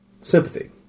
sympathy